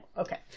Okay